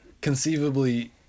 Conceivably